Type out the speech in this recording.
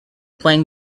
playing